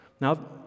Now